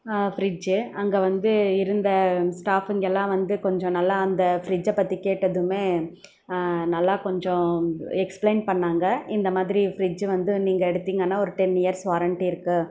fridge அங்கே வந்து இருந்த ஸ்டாக்கிங் எல்லாம் வந்து கொஞ்சம் நல்லா அந்த ஃபிரிட்ஜ்ஜை பற்றி கேட்டதுமே நல்லா கொஞ்சம் எக்ஸ்ப்ளைன் பண்ணிணாங்க இந்த மாதிரி ஃபிரிட்ஜ் வந்து நீங்கள் எடுத்தீங்கன்னால் டென் இயர்ஸ் வாரண்ட்டி இருக்குது